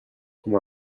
com